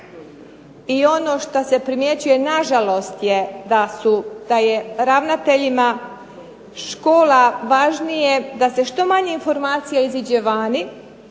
i ono što se primjećuje nažalost je da je ravnateljima škola važnije da što manje informacija izađe vani,